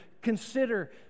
consider